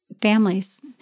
families